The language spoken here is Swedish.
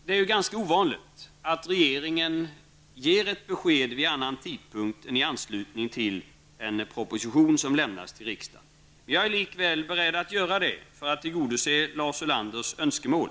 Det är ju ganska ovanligt att regeringen ger besked vid annan tidpunkt än i anslutning till avlämnandet av en proposition till riksdagen. Jag är dock beredd att ge besked för att tillgodose Lars Ulanders önskemål.